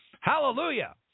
hallelujah